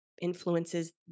influences